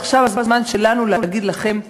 ועכשיו הזמן שלנו להגיד לכם תודה.